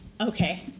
okay